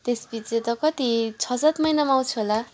त्यसपिछे त कति छ सात महिनामा आउँछु होला